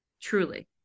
Truly